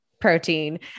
protein